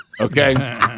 Okay